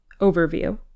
Overview